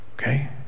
Okay